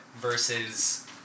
versus